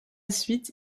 suite